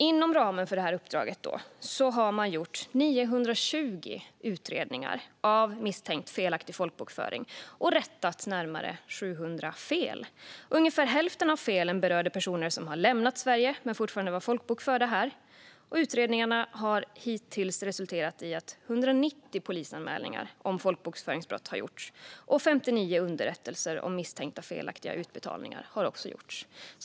Inom ramen för uppdraget har man gjort 920 utredningar av misstänkt felaktig folkbokföring och rättat närmare 700 fel. Ungefär hälften av felen berörde personer som hade lämnat Sverige men fortfarande var folkbokförda här. Utredningarna har hittills resulterat i att 190 polisanmälningar om folkbokföringsbrott har gjorts, och 59 underrättelser om misstänkta felaktiga utbetalningar har också gjorts.